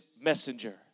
messenger